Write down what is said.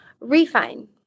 Refine